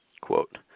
Quote